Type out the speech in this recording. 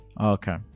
Okay